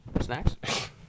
Snacks